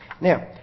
Now